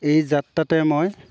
এই যাত্ৰাতে মই